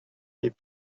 les